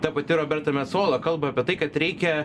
ta pati roberto mesola kalba apie tai kad reikia